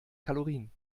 kalorien